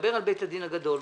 שתדבר על בית הדין הגדול,